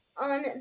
On